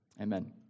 Amen